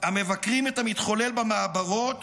המבקרים את המתחולל במעברות